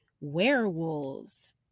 werewolves